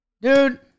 Dude